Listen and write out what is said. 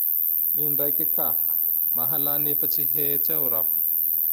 Indray ka! Mahalany efatry hetsy eo raho.